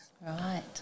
Right